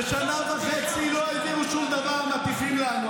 ששנה וחצי לא העבירו שום דבר, מטיפים לנו.